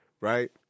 right